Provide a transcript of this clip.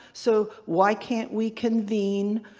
so why can't we convene,